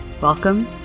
Welcome